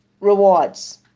rewards